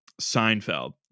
Seinfeld